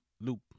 loop